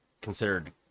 considered